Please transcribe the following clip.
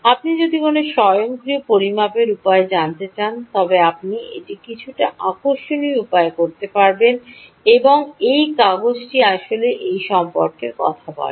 আপনি যদি কোনও স্বয়ংক্রিয় পরিমাপের উপায়টি করতে চান তবে আপনি এটি কিছুটা আকর্ষণীয় উপায়ে করতে পারবেন এবং এই কাগজটি আসলে এটি সম্পর্কে কথা বলে